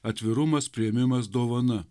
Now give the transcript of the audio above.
atvirumas priėmimas dovana